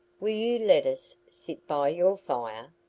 will let us sit by your fire?